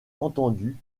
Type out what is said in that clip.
entendus